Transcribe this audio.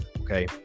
okay